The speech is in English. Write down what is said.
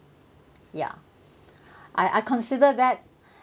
yeah I I consider that